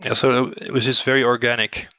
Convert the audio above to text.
yeah so it was just very organic.